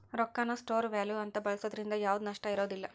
ರೊಕ್ಕಾನ store value ಅಂತ ಬಳ್ಸೋದ್ರಿಂದ ಯಾವ್ದ್ ನಷ್ಟ ಇರೋದಿಲ್ಲ